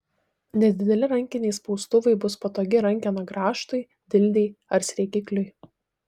nedideli rankiniai spaustuvai bus patogi rankena grąžtui dildei ar sriegikliui